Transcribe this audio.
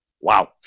Wow